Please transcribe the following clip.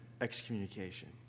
excommunication